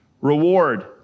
reward